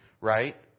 right